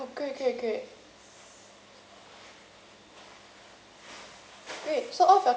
orh great great great